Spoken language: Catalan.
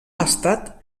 estat